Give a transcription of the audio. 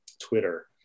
Twitter